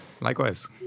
Likewise